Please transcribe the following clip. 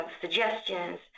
suggestions